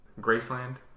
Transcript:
Graceland